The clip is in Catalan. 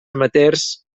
amateurs